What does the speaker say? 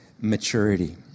Maturity